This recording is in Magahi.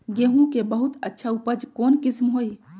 गेंहू के बहुत अच्छा उपज कौन किस्म होई?